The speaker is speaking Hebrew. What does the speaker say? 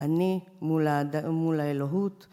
אני מול האלוהות.